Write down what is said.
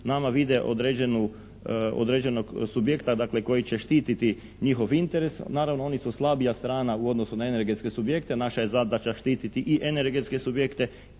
nama vide određenog subjekta koji će štititi njihov interes. Naravno oni su slabija strana u odnosu na energetske subjekte. Naša je zadaća štititi i energetske subjekte